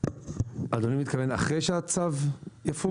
אדוני מתכוון אחרי שהצו יפוג?